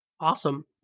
Awesome